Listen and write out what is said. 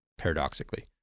Paradoxically